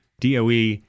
DOE